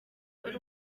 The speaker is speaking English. good